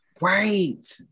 Right